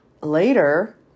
later